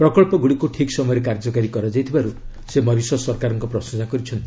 ପ୍ରକଳ୍ପଗୁଡ଼ିକୁ ଠିକ ସମୟରେ କାର୍ଯ୍ୟକାରୀ କରାଇଥିବାରୁ ସେ ମରିସସ୍ ସରକାରଙ୍କ ପ୍ରଶଂସା କରିଛନ୍ତି